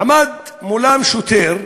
עמד מולם שוטר.